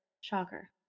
Shocker